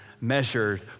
measured